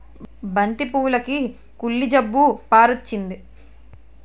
బంతి పువ్వులుకి కుళ్ళు జబ్బు పారొచ్చింది